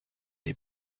est